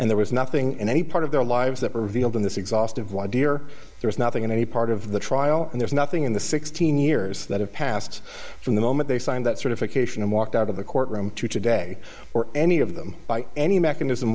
and there was nothing in any part of their lives that revealed in this exhaustive why dear there is nothing in any part of the trial and there's nothing in the sixteen years that have passed from the moment they signed that sort of occasion and walked out of the courtroom today or any of them by any mechanism